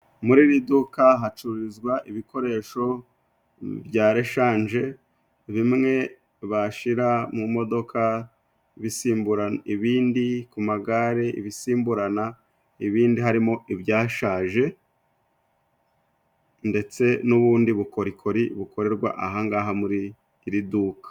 Muri iri duka hacururizwa ibikoresho bya reshanje bimwe bashira mu modoka bisimbura ibindi, ku magare ibisimburana ibindi harimo ibyashaje ,ndetse n'ubundi bukorikori bukorerwa aha ngaha muri iri duka.